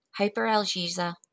hyperalgesia